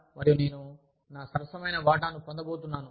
మరియు నేను నా సరసమైన వాటాను పొందబోతున్నాను